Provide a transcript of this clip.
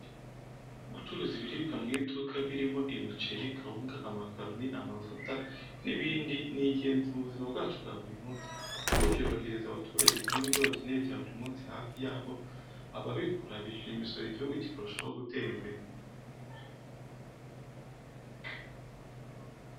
Gucuruza ibiribwa mu iduka, birimo: imiceri, kawunga, amakaroni, amavuta n’ibindi ni ingenzi mu buzima bwacu bwa buri munsi kuko byorohereza abaturage kubona ibyo bakeneye bya buri munsi hafi yabo. Ababikora bishyura imisoro igihugu kikarushaho gutera imbere.